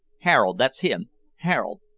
harold, that's him harold.